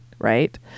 right